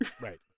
Right